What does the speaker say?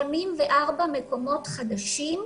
אז במעונות הממשלתיים הוספנו 84 מקומות חדשים,